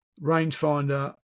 rangefinder